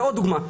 ועוד דוגמה.